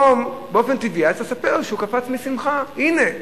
באופן טבעי היה צריך לספר שהוא קפץ משמחה, הנה,